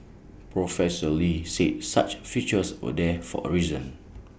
professor lee said such features were there for A reason